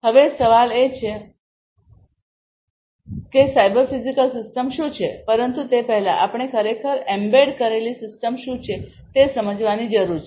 હવે સવાલ એ છે કે સાયબર ફિઝિકલ સિસ્ટમ શું છે પરંતુ તે પહેલાં આપણે ખરેખર એમ્બેડ કરેલી સિસ્ટમ શું છે તે સમજવાની જરૂર છે